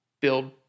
build